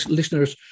listeners